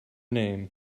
name